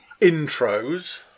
intros